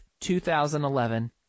2011